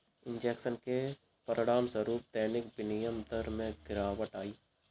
injection के परिणामस्वरूप दैनिक विनिमय दर में गिरावट आई